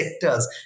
sectors